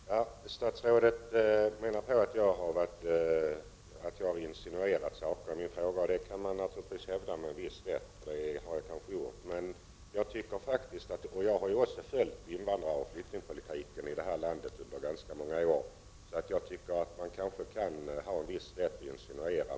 Herr talman! Statsrådet tyckte att jag kom med insinuationer. Det kan man naturligtvis med viss rätt hävda — för det är kanske vad jag har gjort. Men jag har följt invandraroch flyktingpolitiken här i landet under ganska många år, och jag tycker att det finns visst fog att komma med insinuationer.